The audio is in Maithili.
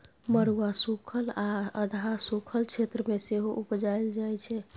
मरुआ सुखल आ अधहा सुखल क्षेत्र मे सेहो उपजाएल जाइ छै